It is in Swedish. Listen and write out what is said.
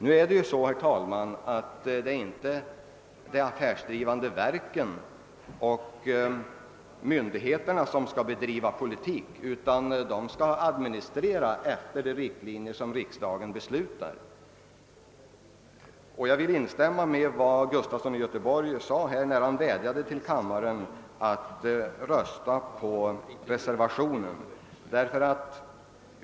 Men det är ju inte de affärsdrivande verkens och myndigheternas sak att bedriva en sådan politik, utan de skall administrera verksamheten efter de riktlinjer riksdagen beslutat om. Jag vill instämma i den vädjan som herr Gustafson i Göteborg riktade till kammaren att rösta för reservation.